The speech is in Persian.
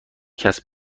کسب